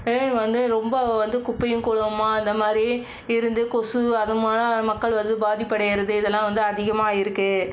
வந்து ரொம்ப வந்து குப்பையும் கூளமுமாக அது மாதிரி இருந்து கொசு அது மக்கள் வந்து பாதிப்படைகிறது இதெல்லாம் வந்து அதிகமாக ஆகியிருக்கு